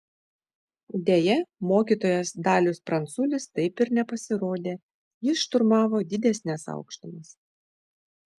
deja mokytojas dalius pranculis taip ir nepasirodė jis šturmavo didesnes aukštumas